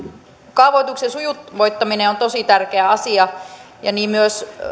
kaavoituksen sujuvoittaminen on tosi tärkeä asia ja niin myös